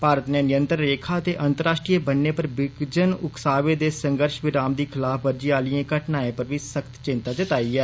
भारत नै नियंत्रण रेखा ते अंतर्राष्ट्रीय बन्ने पर विजन उक्सावे दे संघर्ष विराम दी खिलाफवर्जी आलिएं घटनाएं पर बी सख्त चिन्ता जताई ऐ